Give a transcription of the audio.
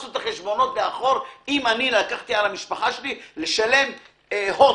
לאחור אם לקחתי על המשפחה שלי לשלם הוט